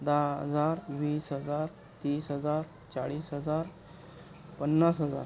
दहा हजार वीस हजार तीस हजार चाळीस हजार पन्नास हजार